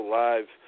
live